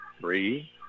three